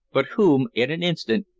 but whom, in an instant,